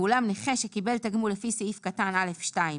ואולם, נכה שקיבל תגמול לפי סעיף קטן (א)(2)